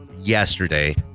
Yesterday